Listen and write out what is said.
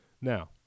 Now